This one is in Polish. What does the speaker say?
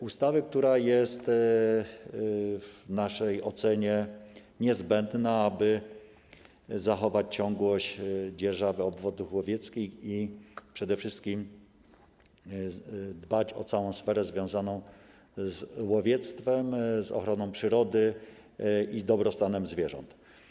Ustawy, która jest w naszej ocenie niezbędna, aby zachować ciągłość dzierżawy obwodów łowieckich, a przede wszystkim dbać o całą sferę związaną z łowiectwem, z ochroną przyrody i dobrostanem zwierząt.